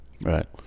right